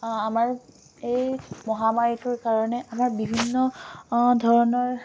আমাৰ এই মহামাৰীটোৰ কাৰণে আমাৰ বিভিন্ন ধৰণৰ